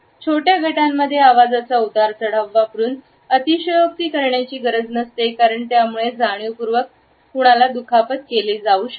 छोट्या गटांमध्ये आवाजाचा उदार चढाव वापरून अतिशयोक्ती करण्याची गरज नसते कारण यामुळे जाणीवपूर्वक कुणाला दुखापत केली जाऊ शकते